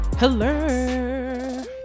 Hello